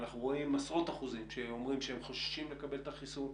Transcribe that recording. אנחנו עשרות אחוזים שאומרים שהם חוששים לקבל את החיסון,